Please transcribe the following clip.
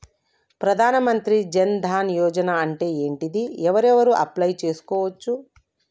ప్రధాన మంత్రి జన్ ధన్ యోజన అంటే ఏంటిది? ఎవరెవరు అప్లయ్ చేస్కోవచ్చు?